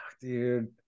dude